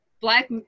Black